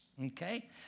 Okay